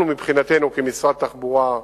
אנחנו מבחינתנו, כמשרד התחבורה,